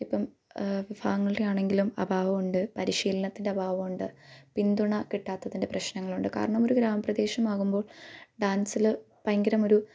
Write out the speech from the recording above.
ഇപ്പം ആണെങ്കിലും അഭാവം ഉണ്ട് പരിശീലനത്തിന്റെ അഭാവം ഉണ്ട് പിന്തുണ കിട്ടാത്തതിന്റെ പ്രശ്നങ്ങളുണ്ട് കാരണം ഒരു ഗ്രാമപ്രദേശം ആകുമ്പോൾ ഡാന്സിൽ ഭയങ്കരം ഒരു